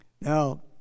Now